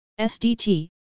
SDT